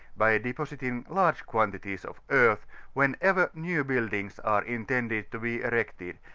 by depositing large uantities of earth wherever new buildings are intended to be erected,